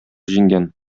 җиңгән